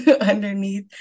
underneath